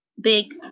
big